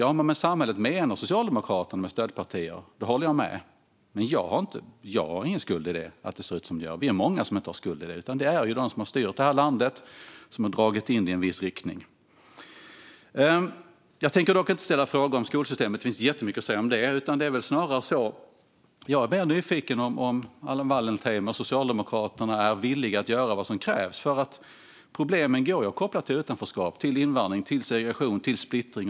Om man med samhället menar Socialdemokraterna och stödpartier håller jag med. Men jag har ingen skuld i att det ser ut som det gör. Vi är många som inte har någon skuld i det, utan det är de som har styrt landet som har dragit det i en viss riktning. Jag tänker dock inte ställa frågor om skolsystemet, även om det finns mycket att säga om det. Jag är mer nyfiken på om Anna Wallentheim och Socialdemokraterna är villiga att göra vad som krävs. Problemen går ju att koppla till utanförskap, invandring, segregation och splittring.